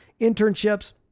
internships